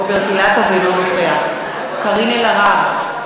אינו נוכח קארין אלהרר,